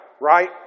right